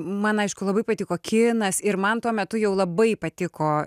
man aišku labai patiko kinas ir man tuo metu jau labai patiko